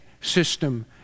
system